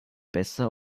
besser